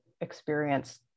experience